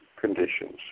conditions